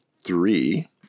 three